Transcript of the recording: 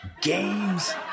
games